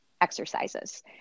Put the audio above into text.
exercises